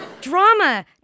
Drama